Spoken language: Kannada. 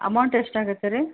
ಅಮೌಂಟ್ ಎಷ್ಟಾಗುತ್ತೆ ರೀ